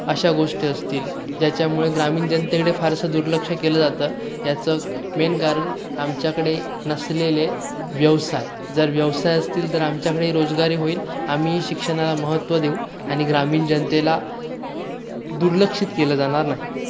अशा गोष्टी असतील ज्याच्यामुळे ग्रामीण जनतेकडे फारसं दुर्लक्ष केलं जातं याचं मेन कारण आमच्याकडे नसलेले व्यवसाय जर व्यवसाय असतील तर आमच्याकडेही रोजगारी होईल आम्ही शिक्षणाला महत्त्व देऊ आणि ग्रामीण जनतेला दुर्लक्षित केलं जाणार नाही